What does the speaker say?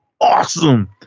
Awesome